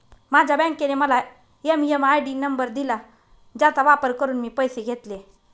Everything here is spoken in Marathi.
माझ्या बँकेने मला एम.एम.आय.डी नंबर दिला ज्याचा वापर करून मी पैसे घेतले